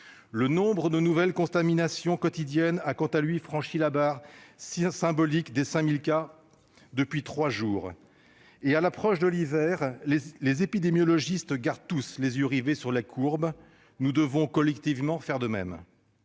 Le nombre de nouvelles contaminations quotidiennes a, quant à lui, franchi la barre symbolique des 5 000 cas depuis trois jours. À l'approche de l'hiver, les épidémiologistes gardent tous les yeux rivés sur les courbes. Nous devons collectivement faire de même.